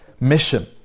mission